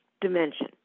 dimension